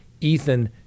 Ethan